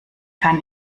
kann